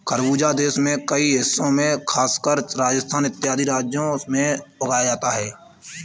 खरबूजा देश के कई हिस्सों में खासकर राजस्थान इत्यादि राज्यों में उगाया जाता है